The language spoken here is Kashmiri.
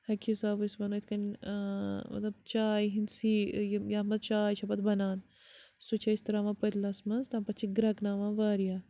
اَکہِ حساب أسۍ وَنو اِتھ کٔنۍ مطلب چاے ہِنٛد سی یِم یہ منٛز چاے چھِ پَتہٕ بَنان سُہ چھِ أسۍ ترٛاوان پٔتلَس منٛز تَم پَتہٕ چھِ گرٚٮ۪کناوان واریاہ